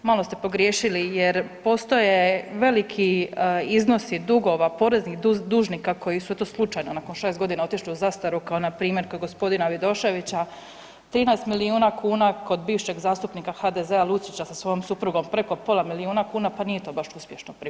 Malo ste pogriješili jer postoje veliki iznosi dugova poreznih dužnika koji su to slučajno nakon 6 godina otišli u zastaru kao npr. kod gospodina Vidoševića 13 milijuna kuna kod bivšeg zastupnika HDZ-a Lucića sa svojom suprugom preko milijuna kuna pa nije to baš uspješno prikupljeno.